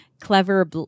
Clever